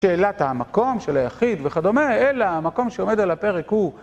שאלת המקום של היחיד וכדומה, אלא המקום שעומד על הפרק הוא